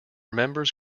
members